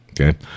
okay